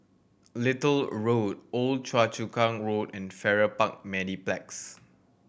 Little Road Old Choa Chu Kang Road and Farrer Park Mediplex